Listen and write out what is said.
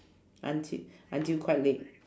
unti~ until quite late